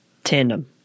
Tandem